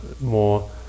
more